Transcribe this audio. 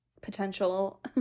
potential